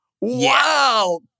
Wow